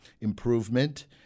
improvement